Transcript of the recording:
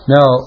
Now